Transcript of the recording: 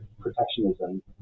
protectionism